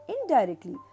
Indirectly